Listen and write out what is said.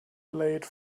late